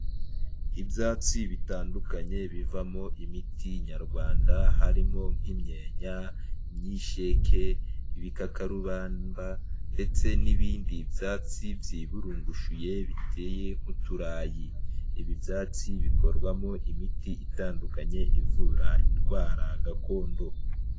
Ibyatsi bitandukanye bivamo imiti nyarwanda harimo nk'imyenya, imyisheke, ibikakarubamba ndetse n'ibindi byatsi byiburungushuye biteye nk'uturayi, ibi byatsi bikorwamo imiti itandukanye ivura indwara gakondo.